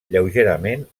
lleugerament